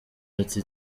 ati